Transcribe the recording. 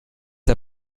der